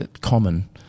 common